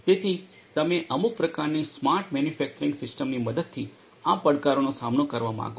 તેથી તમે અમુક પ્રકારની સ્માર્ટ મેન્યુફેક્ચરિંગ સિસ્ટમની મદદથી આ પડકારોનો સામનો કરવા માંગો છો